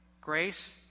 Grace